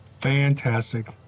Fantastic